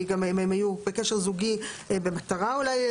ואם הם היו בקשר זוגי במטרה אולי,